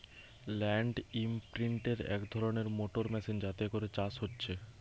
land ইমপ্রিন্টের এক ধরণের মোটর মেশিন যাতে করে চাষ হচ্ছে